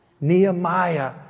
Nehemiah